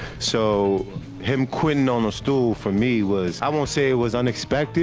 so him quinn know most tool for me was i will say was unexpected.